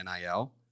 NIL